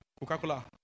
Coca-Cola